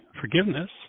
forgiveness